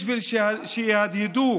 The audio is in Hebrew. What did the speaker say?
בשביל שיהדהדו